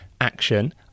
action